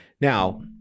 Now